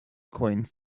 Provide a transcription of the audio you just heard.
coins